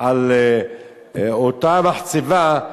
על אותה מחצבה,